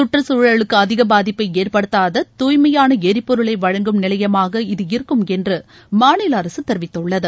சுற்றுச்சூழலுக்கு அதிக பாதிப்பை ஏற்படுத்தாத தூய்மையான ளரிபொருளை வழங்கும் நிலையமாக இது இருக்கும் என்று மாநில அரசு தெரிவித்துள்ளது